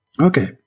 okay